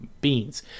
beans